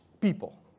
people